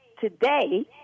today